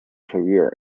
career